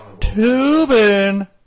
tubing